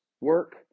work